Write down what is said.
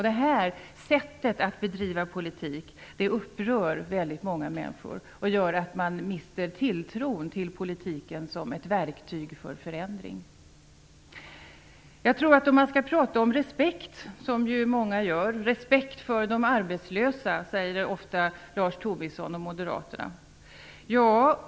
Detta sätt att bedriva politik upprör väldigt många människor och gör att man mister tilltron till politiken som ett verktyg för förändring. Många pratar om respekt. "Respekt för de arbetslösa", säger ofta Lars Tobisson och Moderaterna.